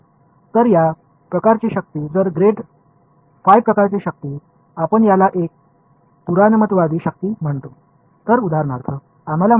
எனவே இந்த வகையான போர்ஸஸ் ஒருவேளை இவை கிரேடு பை வகை போர்ஸஸ் என்றால் இதை ஒரு கன்சர்வேட்டிவ் போர்ஸ் என்று அழைக்கலாம்